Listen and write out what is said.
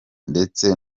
ndetse